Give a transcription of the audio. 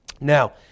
Now